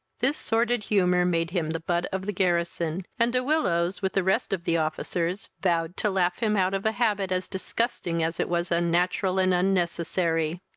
this sordid humour made him the butt of the garrison, and de willows, with the rest of the officers, vowed to laugh him out of a habit as disgusting as it was unnatural and unnecessary.